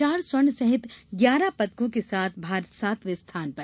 चार स्वर्ण सहित ग्यारह पदकों के साथ भारत सातवें स्थान पर